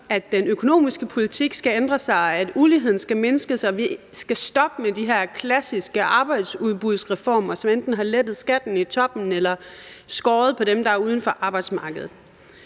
Den økonomiske politik skal ændre sig, uligheden skal mindskes, og vi skal stoppe med de her klassiske arbejdsudbudsreformer, som enten har lettet skatten i toppen eller skåret ned over for dem, der er uden for arbejdsmarkedet.